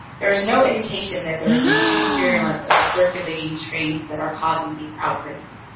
there is no indication that there is an increased virulence of the circulating strains that are causing these outbreaks.